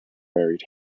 buried